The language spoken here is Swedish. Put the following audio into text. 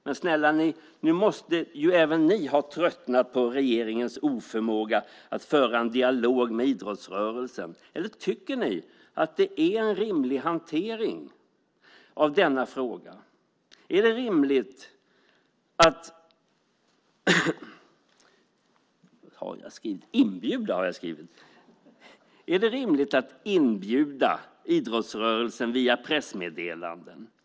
Men, snälla ni, nu måste ju även ni ha tröttnat på regeringens oförmåga att föra en dialog med idrottsrörelsen. Eller tycker ni att det är en rimlig hantering av denna fråga? Är det rimligt att inbjuda idrottsrörelsen via pressmeddelanden?